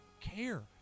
care